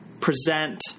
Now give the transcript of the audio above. present